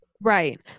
Right